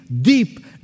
deep